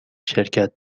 شرکت